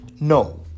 No